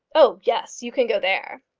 oh, yes you can go there.